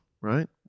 right